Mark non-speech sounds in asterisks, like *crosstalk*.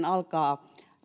*unintelligible* alkaa